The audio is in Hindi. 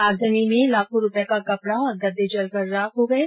आगजनी में लाखों रूपये का कपड़ा और गददे जलकर राख हो गये